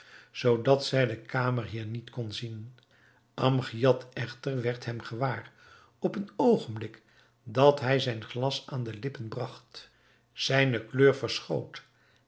zoodat zij den kamerheer niet kon zien amgiad echter werd hem gewaar op een oogenblik dat hij zijn glas aan de lippen bragt zijne kleur verschoot